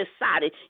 decided